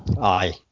Aye